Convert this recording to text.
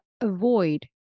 avoid